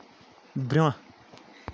برٛۄنٛہہ